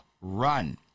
run